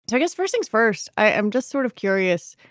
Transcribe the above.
i guess first things first, i am just sort of curious.